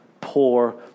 poor